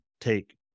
take